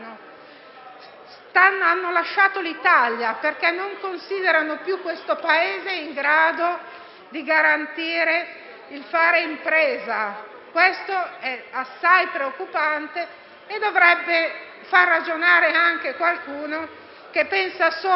ha lasciato l'Italia perché non considera più questo Paese in grado di garantire il fare impresa. Questo è assai preoccupante e dovrebbe far ragionare anche qualcuno che pensa solo sia